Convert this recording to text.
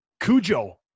Cujo